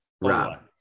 Rob